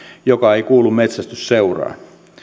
joka ei kuulu metsästysseuraan